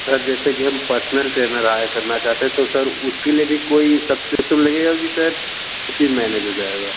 sir जैसे कि हम पर्सनल ट्रैनर हायर करना चाहते हैं तो सर उसके लिए भी कोई सब्सक्रिप्शन लगेगा की सर उसी में मैनेज हो जाएगा